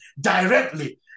directly